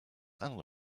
andere